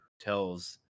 tells